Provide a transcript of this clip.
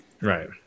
right